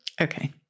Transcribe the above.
Okay